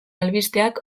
albisteak